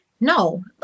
no